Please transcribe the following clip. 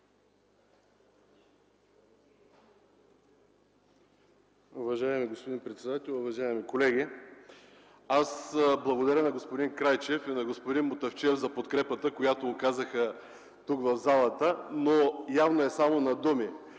Уважаеми господин председател, уважаеми колеги! Благодаря на господин Крайчев и на господин Мутафчиев за подкрепата, която ми оказаха тук в залата, но явно тя е само на думи.